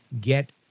get